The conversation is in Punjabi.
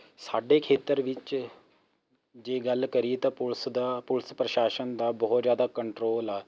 ਸਾਡੇ ਖੇਤਰ ਵਿੱਚ ਜੇ ਗੱਲ ਕਰੀਏ ਤਾਂ ਪੁਲਿਸ ਦਾ ਪੁਲਿਸ ਪ੍ਰਸ਼ਾਸਨ ਦਾ ਬਹੁਤ ਜ਼ਿਆਦਾ ਕੰਟਰੋਲ ਹਾਂ